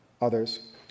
others